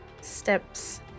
steps